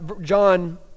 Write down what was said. John